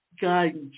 guidance